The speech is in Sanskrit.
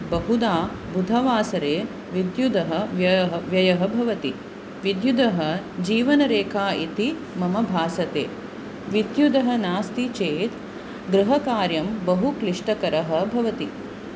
बहुधा बुधवासरे विद्युदः व्ययः व्ययः भवति विद्युदः जीवनरेखा इति मम भासते विद्युदः नास्ति चेत् गृहकार्यं बहु क्लिष्टकरं भवति